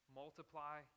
multiply